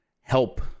help